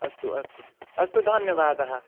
अस्तु अस्तु अस्तु धन्यवादः